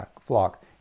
flock